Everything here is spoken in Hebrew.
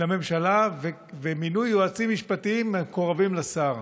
לממשלה ומינוי יועצים משפטיים המקורבים לשר.